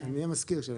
אני מזכיר הקרן.